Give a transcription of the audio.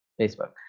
Facebook